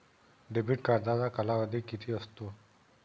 Debit कार्डचा कालावधी किती असतो?